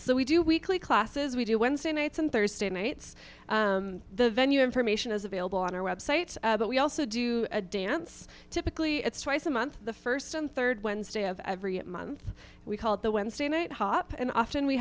yes we do weekly classes we do wednesday nights and thursday nights the venue information is available on our website but we also do a dance typically it's twice a month the first and third wednesday of every month we called the wednesday night hop and often we